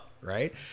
Right